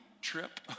trip